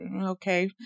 okay